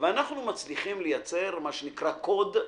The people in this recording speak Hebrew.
ואנחנו מצליחים לייצר קוד.